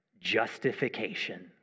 justification